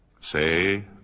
Say